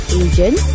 agent